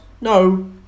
No